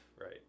right